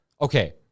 okay